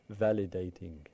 validating